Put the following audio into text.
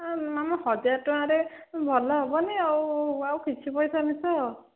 ଏ ମାମୁଁ ହଜାର ଟଙ୍କାରେ ଭଲ ହେବନି ଆଉ ଆଉ କିଛି ପଇସା ମିଶାଅ